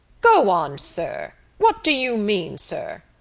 go on, sir! what do you mean, sir?